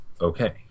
okay